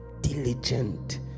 diligent